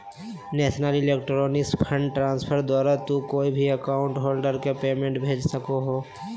national electronic fund transfer द्वारा तू कोय भी अकाउंट होल्डर के पेमेंट भेज सको हो